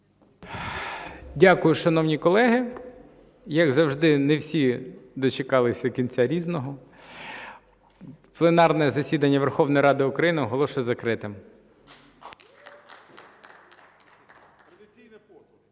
Дякую, шановні колеги. Як завжди, не всі дочекались кінця "Різного". Пленарне засідання Верховної Ради України оголошую закритим.